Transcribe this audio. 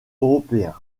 européen